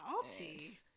Salty